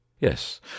Yes